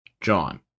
John